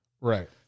Right